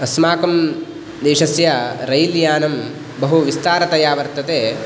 अस्माकं देशस्य रैल् यानं बहु विस्तारतया वर्तते